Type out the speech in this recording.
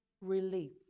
relief